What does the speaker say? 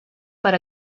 per